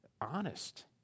honest